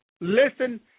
Listen